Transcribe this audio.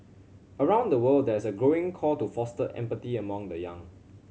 around the world there is a growing call to foster empathy among the young